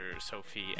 sophie